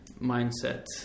mindset